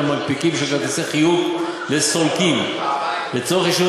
המנפיקים של כרטיסי חיוב לסולקים לצורך אישור